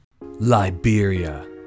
Liberia